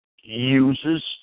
uses